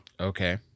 Okay